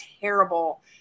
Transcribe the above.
terrible